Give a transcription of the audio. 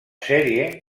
sèrie